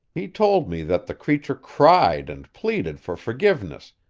he told me that the creature cried and pleaded for forgiveness,